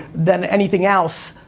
than anything else,